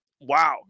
wow